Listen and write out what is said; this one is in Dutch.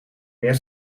meer